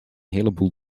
heleboel